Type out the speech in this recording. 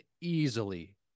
easily